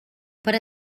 per